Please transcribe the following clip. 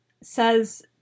says